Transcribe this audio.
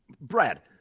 Brad